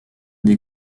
des